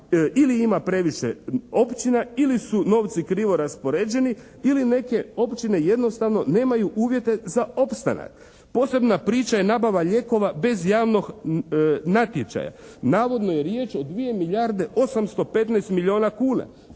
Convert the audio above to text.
Ili ima previše općina ili su novci krivo raspoređeni ili neke općine jednostavno nemaju uvjete za opstanak. Posebna priča je nabava lijekova bez javnog natječaja. Navodno je riječ o dvije milijarde 815 milijuna kuna.